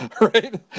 right